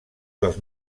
dels